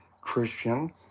Christian